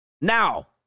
Now